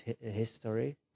history